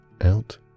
out